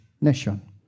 nation